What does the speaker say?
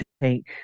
take